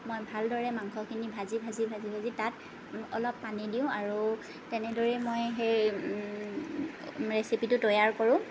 মই ভালদৰে মাংসখিনি ভাজি ভাজি ভাজি ভাজি তাত অলপ পানী দিওঁ আৰু তেনেদৰেই মই সেই ৰেচিপিটো তৈয়াৰ কৰোঁ